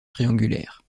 triangulaire